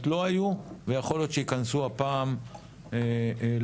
לא היו ויכול להיות שיכנסו הפעם למשחק,